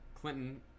Clinton